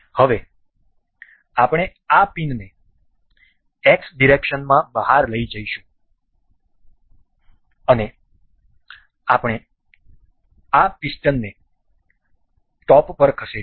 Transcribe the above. હવે આપણે આ પિનને X ડિરેક્શનમાં બહાર લઈ જઈશું અને આપણે આ પિસ્ટનને ટોપ પર ખસેડીશું